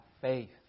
faith